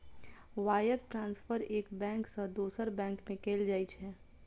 wire transfer एक bank सं दोसर बैंक में कैल जाइ छै